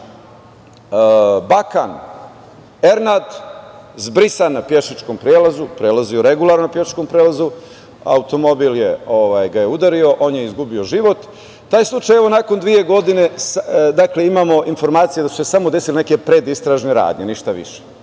Bakan Ernad zbrisan na pešačkom prelazu, prelazio je regularno na pešačkom prelazu, automobil ga je udario, on je izgubio život. Taj slučaj nakon dve godine, imamo informacije da su se samo desile neke predistražne radnje, ništa više.